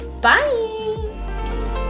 Bye